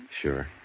Sure